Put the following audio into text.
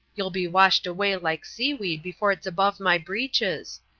you'll be washed away like seaweed before it's above my breeches.